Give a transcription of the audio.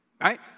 right